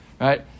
right